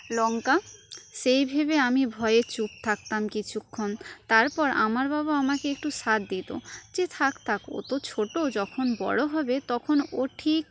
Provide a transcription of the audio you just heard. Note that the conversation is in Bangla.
লংকা সেই ভেবে আমি ভয়ে চুপ থাকতাম কিছুক্ষণ তারপর আমার বাবা আমাকে একটু সাথ দিত যে থাক থাক ও তো ছোটো যখন বড়ো হবে তখন ও ঠিক